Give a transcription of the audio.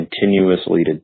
continuously